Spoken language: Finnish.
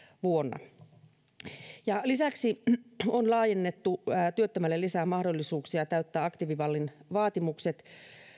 vuonna lisäksi viime budjettiriihessä on laajennettu työttömälle lisää mahdollisuuksia täyttää aktiivimallin vaatimukset